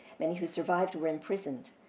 many who survived were imprisoned.